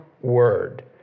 word